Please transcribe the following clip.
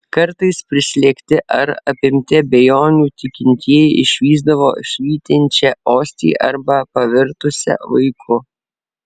kartais prislėgti ar apimti abejonių tikintieji išvysdavo švytinčią ostiją arba pavirtusią vaiku